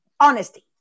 honesty